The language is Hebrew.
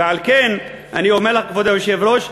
ועל כן אני אומר, כבוד היושב-ראש,